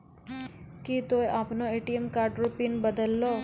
की तोय आपनो ATM card रो पिन बदलहो